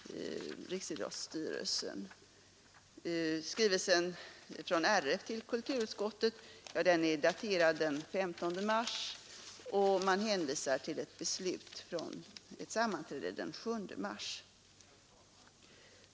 Skrivelsen från Riksidrottsförbundet till kulturutskottet är daterad den 15 mars, och man hänvisar till ett beslut vid ett sammanträde den 7 mars.